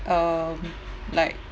um like